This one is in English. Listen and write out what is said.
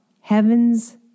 Heavens